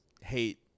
hate